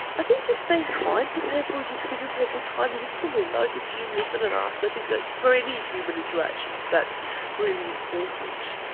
i think just being kind to people, just giving people time, listening. don't assume. listen and ask. i think for any human interactions, that's really important.